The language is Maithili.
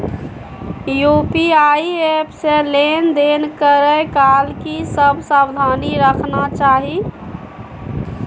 यु.पी.आई एप से लेन देन करै काल की सब सावधानी राखना चाही?